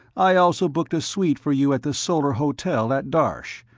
i also booked a suite for you at the solar hotel, at darsh.